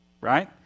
Right